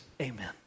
Amen